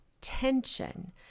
tension